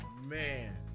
man